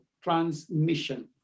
transmission